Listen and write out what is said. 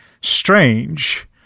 strange